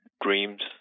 dreams